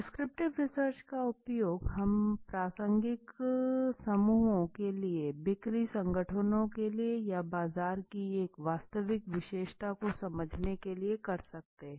descriptive research का उपयोग हम प्रासंगिक समूहों के लिए बिक्री संगठनों के लिए या बाजार की एक वास्तविक विशेषता को समझने के लिए कर सकते है